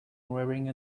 wearing